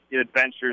adventures